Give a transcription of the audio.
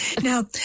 Now